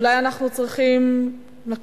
או אולי אנחנו צריכים לקחת